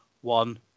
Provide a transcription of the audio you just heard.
one